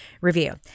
review